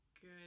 good